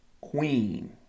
Queen